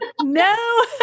No